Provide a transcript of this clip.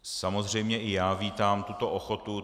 Samozřejmě i já vítám tuto ochotu.